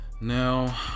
Now